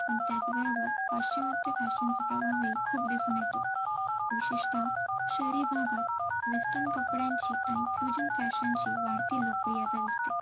पण त्याचबरोबर पाश्चिमात्य फॅशनचा प्रभावही खूप दिसून येतो विशेषतः शहरी भागात वेस्टन कपड्यांची आणि फ्युजन फॅशनची वाढती लोकप्रियता दिसते